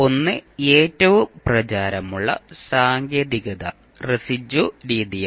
ഒന്ന് ഏറ്റവും പ്രചാരമുള്ള സാങ്കേതികത റെസിഡ്യൂ രീതിയാണ്